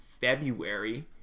February